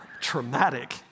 Traumatic